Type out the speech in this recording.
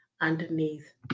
underneath